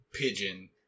pigeon